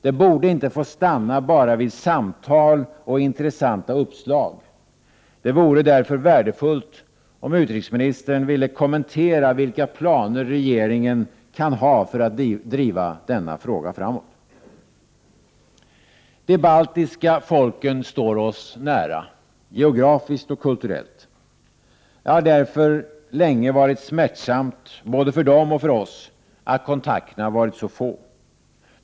Det borde inte få stanna bara vid samtal och intressanta uppslag. Det vore därför värdefullt, om utrikesministern ville kommentera vilka planer regeringen kan ha för att driva denna fråga framåt. De baltiska folken står oss nära, geografiskt och kulturellt. Det har därför länge varit smärtsamt, både för dem och för oss, att kontakterna har varit så få.